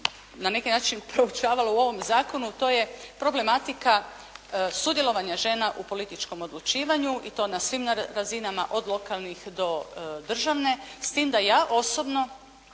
na neki način proučavala u ovom zakonu, a to je problematika sudjelovanja žena u političkom odlučivanje i to na svim razinama od lokalnih do državne. S tim da ja osobno